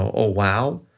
oh, wow,